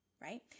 right